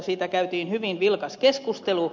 siitä käytiin hyvin vilkas keskustelu